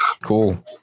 cool